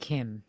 Kim